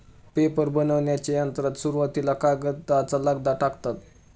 paper बनविण्याच्या यंत्रात सुरुवातीला कागदाचा लगदा टाकतात